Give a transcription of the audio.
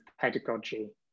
pedagogy